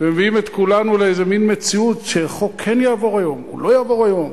ומביאים את כולנו למין מציאות: החוק כן יעבור היום או לא יעבור היום,